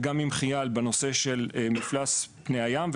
וגם עם חיא"ל בנושא של מפלס פני הים.